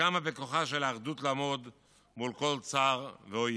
כמה בכוחה של האחדות לעמוד מול כל צר ואויב.